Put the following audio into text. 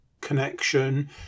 connection